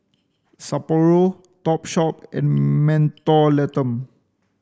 Sapporo Topshop and Mentholatum